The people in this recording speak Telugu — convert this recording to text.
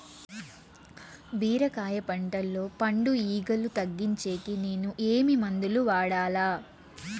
బీరకాయ పంటల్లో పండు ఈగలు తగ్గించేకి నేను ఏమి మందులు వాడాలా?